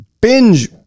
binge